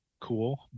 cool